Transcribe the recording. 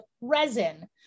resin